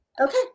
Okay